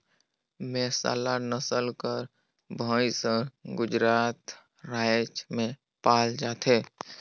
मेहसाला नसल कर भंइस हर गुजरात राएज में पाल जाथे